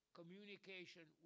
communication